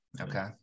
okay